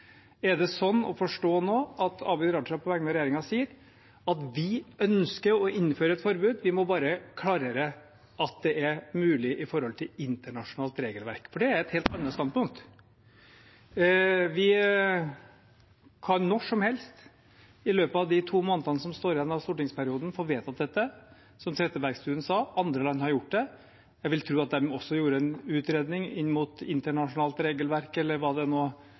Er det sånn å forstå nå at Abid Q. Raja på vegne av regjeringen sier at de ønsker å innføre et forbud, man må bare klarere at det er mulig i forhold til internasjonalt regelverk? Det er et helt annet standpunkt. Vi kan når som helst i løpet av de to månedene som står igjen av stortingsperioden, få vedtatt dette. Som Trettebergstuen sa, har andre land gjort det. Jeg vil tro at de også gjorde en utredning inn mot internasjonalt regelverk eller hva det nå